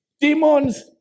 Demons